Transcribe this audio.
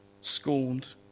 scorned